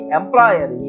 employer